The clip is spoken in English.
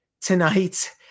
tonight